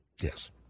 Yes